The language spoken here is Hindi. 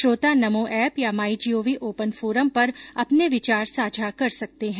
श्रोता नमो एप या माई जीओवी ओपन फोरम पर अपने विचार साझा कर सकते हैं